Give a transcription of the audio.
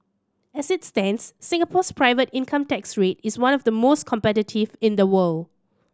as it stands Singapore's private income tax rate is one of the most competitive in the world